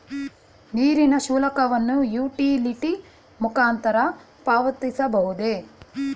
ನೀರಿನ ಶುಲ್ಕವನ್ನು ಯುಟಿಲಿಟಿ ಮುಖಾಂತರ ಪಾವತಿಸಬಹುದೇ?